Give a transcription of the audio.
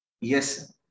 Yes